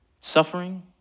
suffering